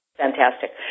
Fantastic